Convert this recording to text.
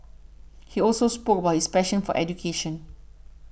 he also spoke about his passion for education